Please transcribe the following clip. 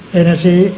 energy